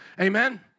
Amen